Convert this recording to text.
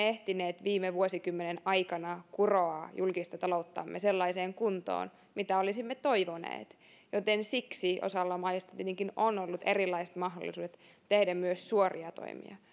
ehtineet viime vuosikymmenen aikana kuroa julkista talouttamme sellaiseen kuntoon kuin olisimme toivoneet joten siksi osalla maista tietenkin on ollut erilaiset mahdollisuudet tehdä myös suoria toimia